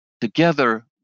together